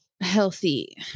healthy